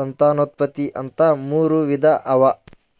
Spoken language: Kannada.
ಸಂತಾನೋತ್ಪತ್ತಿ ಅಂತಾ ಮೂರ್ ವಿಧಾ ಅವಾ